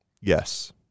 Yes